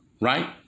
right